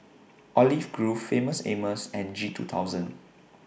Olive Grove Famous Amos and G two thousand